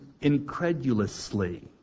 incredulously